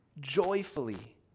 joyfully